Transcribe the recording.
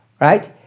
right